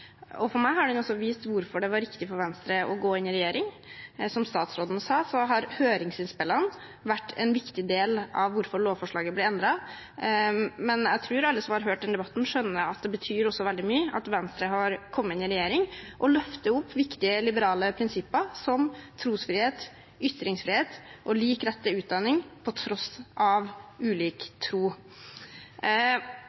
saken. For meg har den også vist hvorfor det var riktig for Venstre å gå inn i regjering. Som statsråden sa, har høringsinnspillene vært en viktig del av hvorfor lovforslaget ble endret, men jeg tror at alle som har hørt denne debatten, skjønner at det også betyr veldig mye at Venstre har kommet med i regjeringen og løfter opp viktige liberale prinsipper, som trosfrihet, ytringsfrihet og lik rett til utdanning på tross av